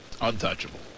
Untouchable